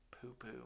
poo-poo